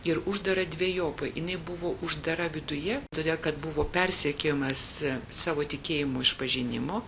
ir užderą dvejopai jinai buvo uždara viduje todėl kad buvo persekiojimas savo tikėjimo išpažinimo